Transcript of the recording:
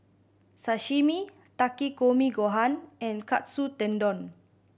Sashimi Takikomi Gohan and Katsu Tendon